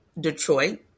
Detroit